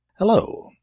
Hello